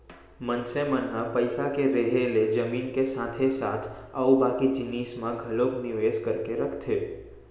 मनसे मन ह पइसा के रेहे ले जमीन के साथे साथ अउ बाकी जिनिस म घलोक निवेस करके रखथे